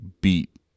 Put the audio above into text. beat